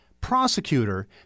prosecutor